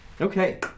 Okay